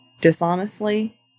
dishonestly